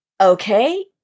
okay